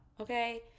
okay